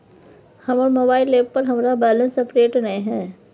हमर mobile app पर हमरा बैलेंस अपडेट नय हय